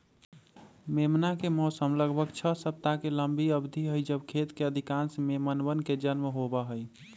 मेमना के मौसम लगभग छह सप्ताह के लंबी अवधि हई जब खेत के अधिकांश मेमनवन के जन्म होबा हई